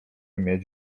mieć